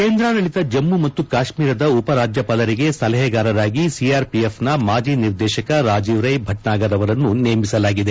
ಕೇಂದ್ರಾಡಳಿತ ಜಮ್ನು ಮತ್ತು ಕಾಶ್ಮೀರದ ಉಪರಾಜ್ವಪಾಲರಿಗೆ ಸಲಹೆಗಾರರಾಗಿ ಸಿಆರ್ಪಿಎಫ್ನ ಮಾಜಿ ನಿರ್ದೇಶಕ ರಾಜೀವ್ ರೈ ಭಟ್ನಾಗರ್ ಅವರನ್ನು ನೇಮಿಸಲಾಗಿದೆ